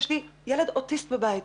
יש לי ילד אוטיסט בבית,